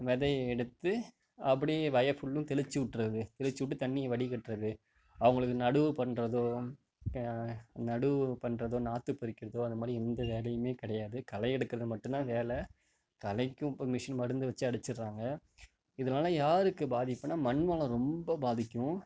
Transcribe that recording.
விதைய எடுத்து அப்படியே வயல் ஃபுல்லும் தெளிச்சு விட்றது தெளிச்சு விட்டு தண்ணியை வடிக்கட்டுறது அவங்களுக்கு நடவு பண்ணுறதோ இப்போ நடவு பண்ணுறதும் நாற்று பறிக்கிறதோ அது மாதிரி எந்த வேலையுமே கிடையாது களையெடுக்கிறது மட்டும்தான் வேலை களைக்கும் இப்போது மிஷின் மருந்து வச்சு அடிச்சுட்றாங்க இதனால யாருக்கு பாதிப்புனால் மண் வளம் ரொம்ப பாதிக்கும்